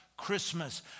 Christmas